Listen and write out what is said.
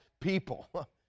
people